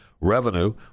Revenue